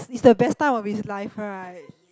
it's the best time of his life right